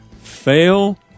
fail